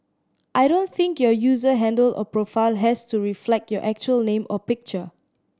I don't think your user handle or profile has to reflect your actual name or picture